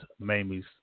Mamie's